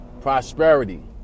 prosperity